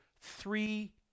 three